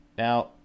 Now